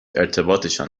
ارتباطشان